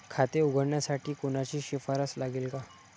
खाते उघडण्यासाठी कोणाची शिफारस लागेल का?